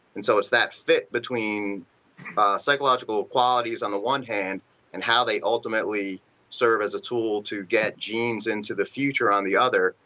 and so it's that fit between psychological qualities on the one hand and how they ultimately serve as a tool to get genes into the future on the other.